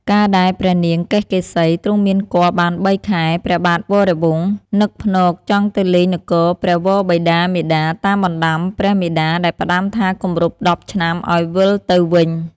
កាលដែលព្រះនាងកេសកេសី ទ្រង់មានគភ៌បាន៣ខែ ព្រះបាទវរវង្ស នឹកភ្នកចង់ទៅលេងនគរព្រះវរបិតាមាតាតាមបណ្តាំព្រះមាតាដែលផ្តាំថាគម្រប់ ១០ឆ្នាំឲ្យវិលទៅវិញ។